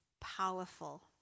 powerful